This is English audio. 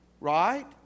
right